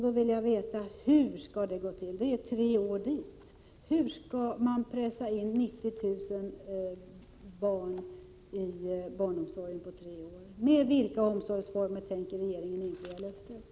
Då vill jag veta hur det skall gå till, det är ju bara tre år dit. Hur skall man kunna pressa in 90 000 barn i barnomsorgen på tre år? Med vilka omsorgsformer tänker regeringen infria löftet?